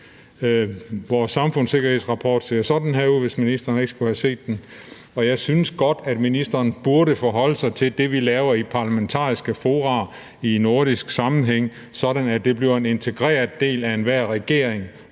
Vores samfundssikkerhedsrapport ser sådan her ud, hvis ministeren ikke skulle have set den, og jeg synes, at ministeren burde forholde sig til det, vi laver i parlamentariske fora i nordisk sammenhæng, sådan at det bliver en integreret del af enhver regerings